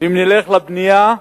ואם נלך לבנייה,